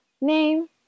name